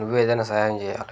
నువ్వే ఏదైనా సహాయం చేయాలి